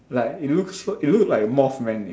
like it looks it looks like moth man eh